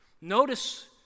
Notice